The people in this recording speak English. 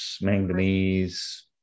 manganese